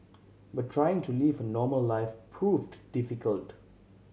but trying to live a normal life proved difficult